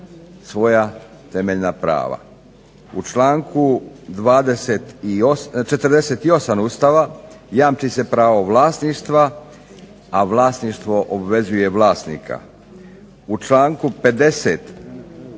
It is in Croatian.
U članku 48. ustava jamči se pravo vlasništva a vlasništvo obvezuje vlasnika.